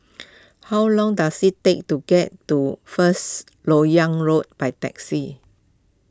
how long does it take to get to First Lok Yang Road by taxi